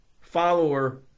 follower